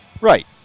Right